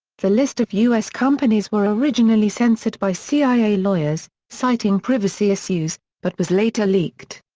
the list of us companies were originally censored by cia lawyers, citing privacy issues, but was later leaked.